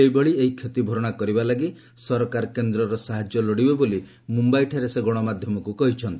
ସେହିଭଳି ଏହି କ୍ଷତି ଭରଣା କରିବା ଲାଗି ସରକାର କେନ୍ଦ୍ରର ସାହାଯ୍ୟ ଲୋଡ଼ିବେ ବୋଲି ମୁମ୍ବାଇଠାରେ ସେ ଗଣମାଧ୍ୟମକୁ କହିଛନ୍ତି